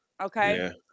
Okay